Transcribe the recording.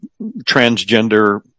transgender